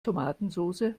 tomatensoße